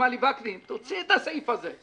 אמר לי: וקנין, תוציא את הסעיף הזה.